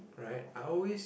right I always